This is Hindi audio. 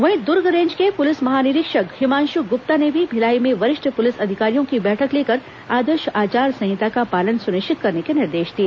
वहीं दुर्ग रेंज के पुलिस महानिरीक्षक हिमांशु गुप्ता ने भी भिलाई में वरिष्ठ पुलिस अधिकारियों की बैठक लेकर आदर्श आचार संहिता का पालन सुनिश्चित करने के निर्देश दिए